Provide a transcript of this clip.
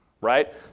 right